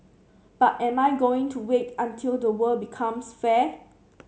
but am I going to wait until the world becomes fair